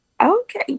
Okay